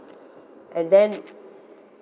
and then